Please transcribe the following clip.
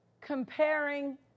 comparing